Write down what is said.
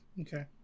okay